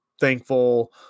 thankful